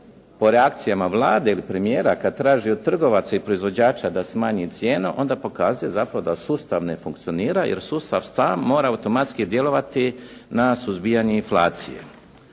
po reakcijama Vlade ili premijera kad traži od trgovaca i proizvođača da smanji cijenu onda pokazuje zapravo da sustav ne funkcionira, jer sustav sam mora automatski djelovati na suzbijanje inflacije.